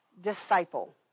disciple